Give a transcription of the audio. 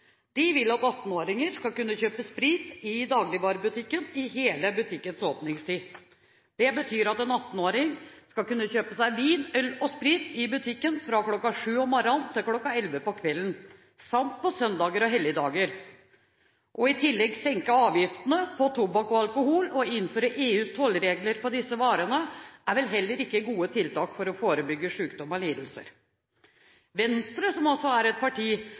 De vil at 18-åringer skal kunne kjøpe sprit i dagligvarebutikken i hele butikkens åpningstid. Det betyr at en 18-åring skal kunne kjøpe seg vin, øl og sprit i butikken fra kl. 07 om morgen til kl. 23 på kvelden, samt på søndager og helligdager, og at man i tillegg vil senke avgiftene på tobakk og alkohol og innføre EUs tollregler på disse varene, er vel heller ikke gode tiltak for å forebygge sykdom og lidelser. Venstre som også er et parti